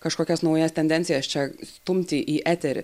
kažkokias naujas tendencijas čia stumti į eterį